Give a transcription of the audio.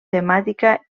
temàtica